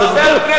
שב.